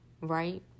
Right